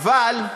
אבל עכשיו,